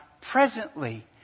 presently